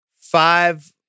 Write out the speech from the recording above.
five